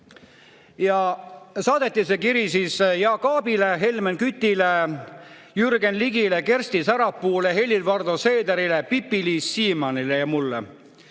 Saadeti see kiri Jaak Aabile, Helmen Kütile, Jürgen Ligile, Kersti Sarapuule, Helir-Valdor Seederile, Pipi-Liis Siemannile ja mulle.